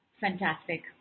Fantastic